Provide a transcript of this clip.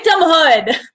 Victimhood